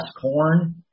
corn